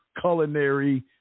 culinary